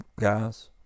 guys